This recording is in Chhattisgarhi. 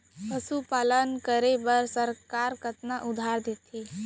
पशुपालन करे बर सरकार कतना उधार देथे?